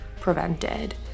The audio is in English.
prevented